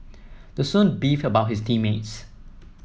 the student beefed about his team mates